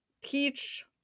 teach